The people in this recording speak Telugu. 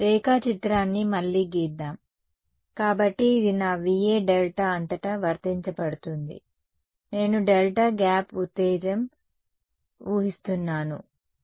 రేఖాచిత్రాన్ని మళ్లీ గీద్దాం కాబట్టి ఇది నా VA డెల్టా అంతటా వర్తించబడుతుంది నేను డెల్టా గ్యాప్ ఉత్తేజం ఊహిస్తున్నాను సరే